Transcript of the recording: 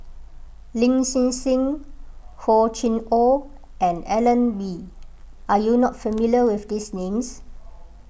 Lin Hsin Hsin Hor Chim or and Alan Oei Are you not familiar with these names